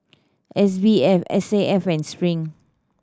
S B F S A F and Spring